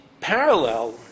parallel